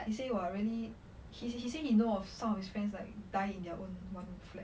he said we are really he he said he know of some of his friends like die in their own one flat